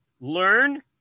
Learn